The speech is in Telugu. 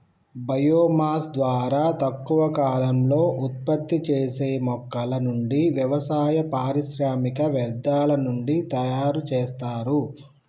బయో మాస్ ద్వారా తక్కువ కాలంలో ఉత్పత్తి చేసే మొక్కల నుండి, వ్యవసాయ, పారిశ్రామిక వ్యర్థాల నుండి తయరు చేస్తారు